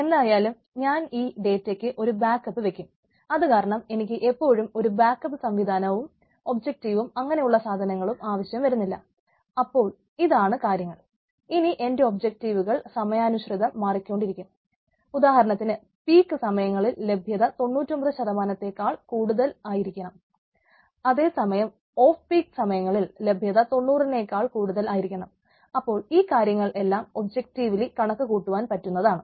എന്തായാലും ഞാൻ ഈ ഡേറ്റക്ക് കണക്കു കൂട്ടുവാൻ പറ്റുന്നതാണ്